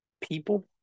People